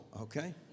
okay